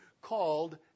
called